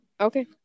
okay